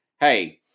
hey